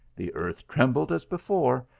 the earth trembled as before,